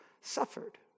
suffered